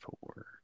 four